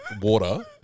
Water